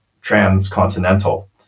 transcontinental